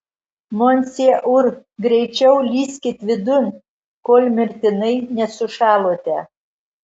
monsieur greičiau lįskit vidun kol mirtinai nesušalote